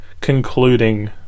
concluding